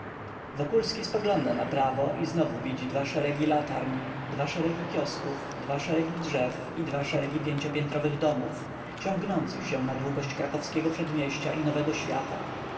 tramwaje wokulski spogląda naprawo i znowu widzi dwa szeregi latarń dwa szeregi kiosków dwa szeregi drzew i dwa szeregi pięciopiętrowych domów ciągnących się na długość krakowskiego przedmieścia i nowego świata